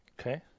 Okay